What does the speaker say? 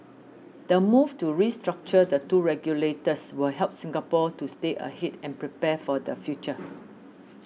the move to restructure the two regulators will help Singapore to stay ahead and prepare for the future